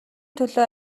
төлөө